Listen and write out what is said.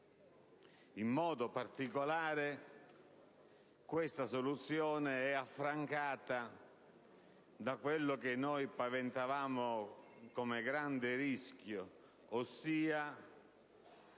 In modo particolare, questa soluzione è affrancata da quello che noi paventavamo come un grande rischio, ossia,